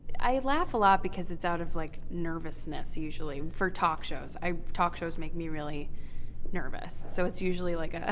i laugh a lot because it's out of like nervousness, usually, for talk shows, talk shows make me really nervous. so it's usually like ah